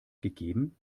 gegeben